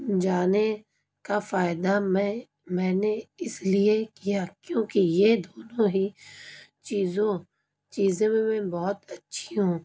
جانے کا فائدہ میں میں نے اس لیے کیا کیوںکہ یہ دونوں ہی چیزوں چیزوں میں میں بہت اچھی ہوں